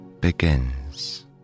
begins